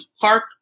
park